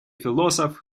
философ